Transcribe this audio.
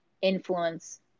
influence